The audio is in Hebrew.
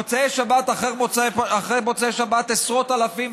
מוצאי שבת אחר מוצאי שבת עשרות אלפים,